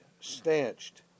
stanched